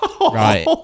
Right